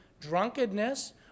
drunkenness